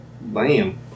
Bam